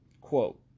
Quote